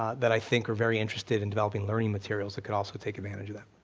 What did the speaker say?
that i think are very interested in developing learning materials that could also take advantage of that.